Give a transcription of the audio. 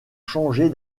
changé